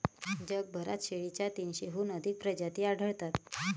जगभरात शेळीच्या तीनशेहून अधिक प्रजाती आढळतात